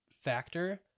factor